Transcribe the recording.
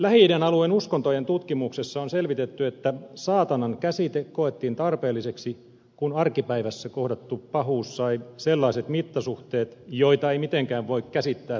lähi idän alueen uskontojen tutkimuksessa on selvitetty että saatanan käsite koettiin tarpeelliseksi kun arkipäivässä kohdattu pahuus sai sellaiset mittasuhteet joita ei mitenkään voi käsittää tai selittää